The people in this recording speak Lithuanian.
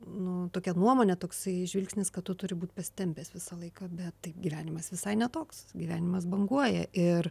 nu tokia nuomonė toksai žvilgsnis kad tu turi būt pasitempęs visą laiką bet taip gyvenimas visai ne toks gyvenimas banguoja ir